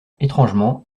étrangement